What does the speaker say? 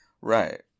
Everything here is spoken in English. Right